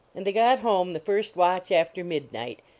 and they got home the first watch after mid night,